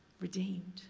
redeemed